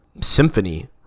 Symphony